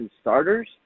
starters